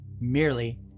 Merely